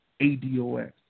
ADOS